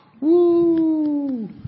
Woo